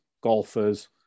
golfers